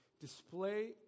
display